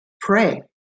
pray